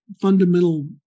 fundamental